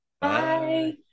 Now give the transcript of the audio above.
Bye